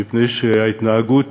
מפני שההתנהגות